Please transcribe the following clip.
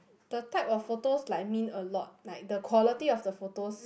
the type of photos like mean a lot like the quality of the photos